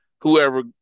whoever